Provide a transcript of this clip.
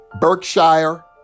Berkshire